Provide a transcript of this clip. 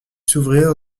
s’ouvrir